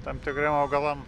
tam tikriem augalam